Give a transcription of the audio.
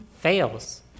fails